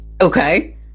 Okay